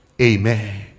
Amen